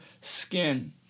skin